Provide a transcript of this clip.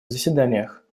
заседаниях